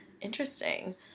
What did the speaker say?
Interesting